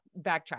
backtrack